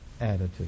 attitude